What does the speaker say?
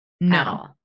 no